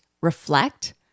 REFLECT